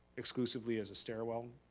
exclusively as a stairwell.